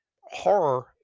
horror